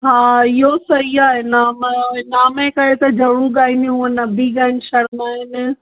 हा इहो सही आहे इनाम इनाम जे करे त ज़रूर गाईंदियूं हुअ न बि शर्माईनि